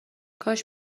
کاش